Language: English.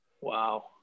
Wow